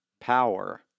Power